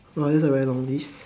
!wah! that's a very long list